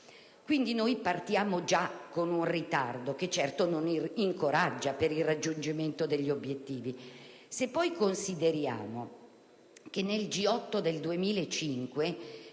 Quindi, noi partiamo già con un ritardo che certo non incoraggia per il raggiungimento degli obiettivi. Se poi consideriamo che nel G8 del 2005